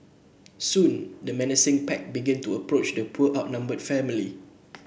soon the menacing pack began to approach the poor outnumbered family